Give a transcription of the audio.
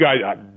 guys